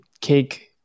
cake